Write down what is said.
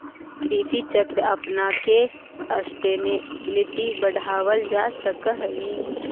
कृषि चक्र अपनाके सस्टेनेबिलिटी बढ़ावल जा सकऽ हइ